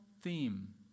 theme